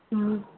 ꯎꯝ